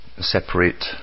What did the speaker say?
separate